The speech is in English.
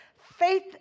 Faith